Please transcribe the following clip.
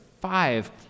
five